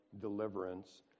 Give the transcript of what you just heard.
deliverance